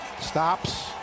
stops